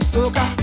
Soka